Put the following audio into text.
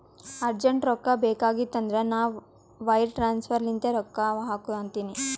urgent ರೊಕ್ಕಾ ಬೇಕಾಗಿತ್ತಂದ್ರ ನಾ ವೈರ್ ಟ್ರಾನ್ಸಫರ್ ಲಿಂತೆ ರೊಕ್ಕಾ ಹಾಕು ಅಂತಿನಿ